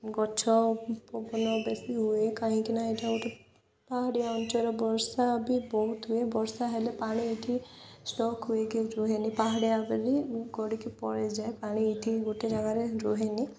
ଗଛ ପବନ ବେଶୀ ହୁଏ କାହିଁକି ନା ଏଇଠା ଗୋଟେ ପାହାଡ଼ିଆ ଅଞ୍ଚରେ ବର୍ଷା ବି ବହୁତ ହୁଏ ବର୍ଷା ହେଲେ ପାଣି ଏଠି ଷ୍ଟକ୍ ହୁଏକି ରୁହେନି ପାହାଡ଼ିଆ ବୋଲି କରଡ଼ିକି ପଳାଇଯାଏ ପାଣି ଏଠି ଗୋଟେ ଜାଗାରେ ରୁହେନି